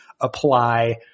apply